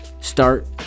start